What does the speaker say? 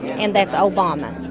and that's obama.